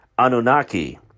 Anunnaki